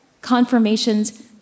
confirmations